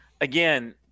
again